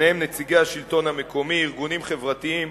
בהם נציגי השלטון המקומי, ארגונים חברתיים